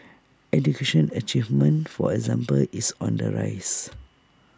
education achievement for example is on the rise